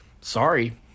Sorry